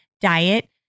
diet